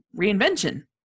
reinvention